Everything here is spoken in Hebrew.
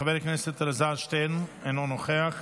חבר הכנסת אלעזר שטרן, אינו נוכח,